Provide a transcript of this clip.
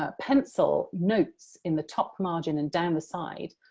ah pencil notes, in the top margin and down the side,